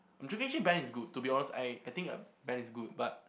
band is good to be honest I I think uh band is good but